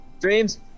dreams